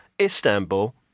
Istanbul